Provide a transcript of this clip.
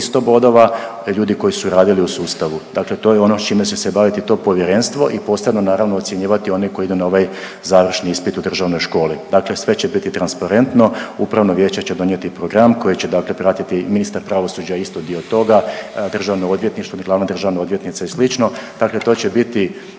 300 bodova ljudi koji su radili u sustavu, dakle to je ono s čime će se baviti to povjerenstvo i posredno naravno ocjenjivati one koji idu na ovaj završni ispit u državnoj školi. Dakle sve će biti transparentno, upravno vijeće će donijeti program koji će dakle pratiti ministar pravosuđa je isto dio toga, državno odvjetništvo, glavna državna odvjetnica i slično, dakle to će biti